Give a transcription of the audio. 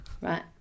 right